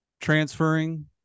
transferring